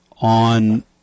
on